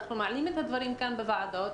אנחנו מעלים את הדברים כאן בוועדות,